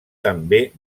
també